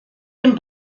dem